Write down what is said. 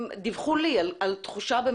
הם דיווחו לי על תחושה.